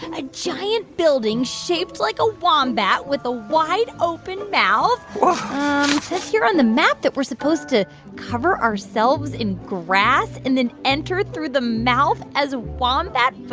a giant building shaped like a wombat with a wide-open mouth whoa it says here on the map that we're supposed to cover ourselves in grass and then enter through the mouth as wombat